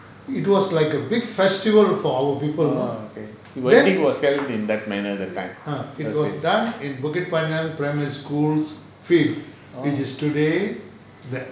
orh okay it was big in that manner at that time those days orh